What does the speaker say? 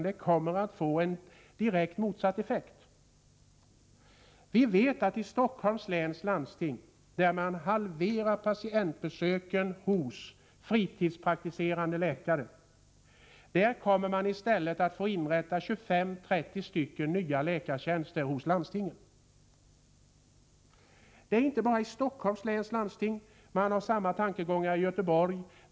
Det kommer att bli en direkt motsatt effekt. Vi vet att man i Stockholms läns landsting, där man halverar antalet patientbesök hos fritidspraktiserande läkare, i stället kommer att få inrätta 25-30 stycken nya läkartjänster inom landstinget. Detta gäller inte bara för Stockholms läns landsting. Man har samma tankegångar i Göteborg.